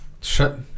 shut